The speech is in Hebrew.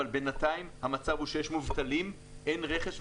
אבל בינתיים יש מובטלים ואין רכש,